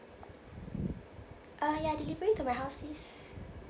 uh ya delivery to my house please